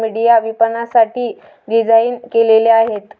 विपणक विशेषतः social media विपणनासाठी डिझाइन केलेले आहेत